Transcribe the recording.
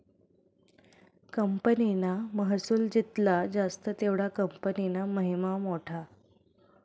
कंपनीना महसुल जित्ला जास्त तेवढा कंपनीना महिमा मोठा